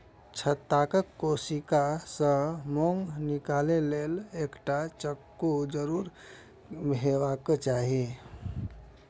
छत्ताक कोशिका सं मोम निकालै लेल एकटा चक्कू जरूर हेबाक चाही